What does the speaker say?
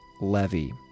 Levy